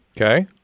okay